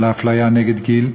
על האפליה מחמת גיל.